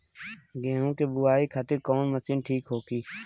गेहूँ के बुआई खातिन कवन मशीन ठीक होखि?